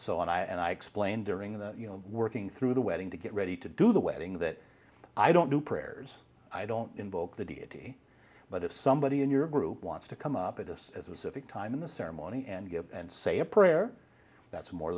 so i and i explained during the you know working through the wedding to get ready to do the wedding that i don't do prayers i don't invoke the deity but if somebody in your group wants to come up at us as if it time in the ceremony and go and say a prayer that's more